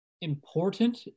important